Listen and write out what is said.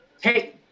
Hey